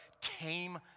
tame